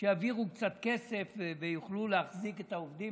שיעבירו קצת כסף ויוכלו להחזיק את העובדים,